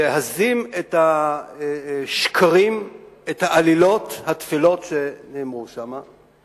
להזים את השקרים, את העלילות התפלות שנאמרו שם.